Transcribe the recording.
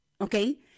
Okay